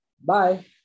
Bye